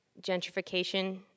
gentrification